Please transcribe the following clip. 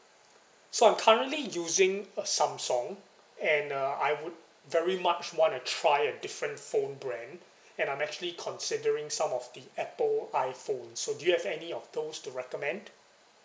so I'm currently using a samsung and uh I would very much wanna try a different phone brand and I'm actually considering some of the apple iphone so do you have any of those to recommend